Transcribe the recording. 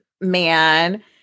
man